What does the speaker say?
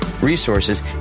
resources